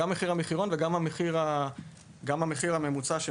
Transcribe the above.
גם מחיר המחירון וגם המחיר הממוצע של